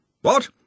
What